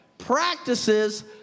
practices